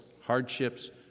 hardships